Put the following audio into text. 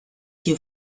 hier